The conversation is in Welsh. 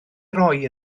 roi